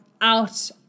out